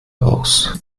aus